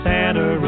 Santa